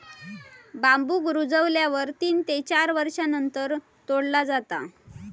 बांबुक रुजल्यावर तीन ते चार वर्षांनंतर तोडला जाता